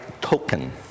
token